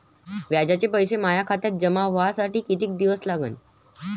व्याजाचे पैसे माया खात्यात जमा व्हासाठी कितीक दिवस लागन?